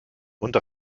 und